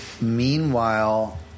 Meanwhile